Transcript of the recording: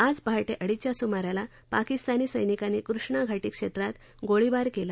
आज पहाटे अडीचच्या सुमाराला पाकिस्तानी सैनिकांनी कृष्णा घाटी क्षेत्रात अकारण गोळीबार केला